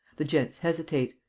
the gents hesitate.